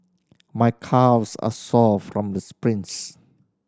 my calves are sore from the sprints